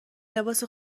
لباس